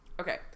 Okay